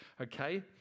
Okay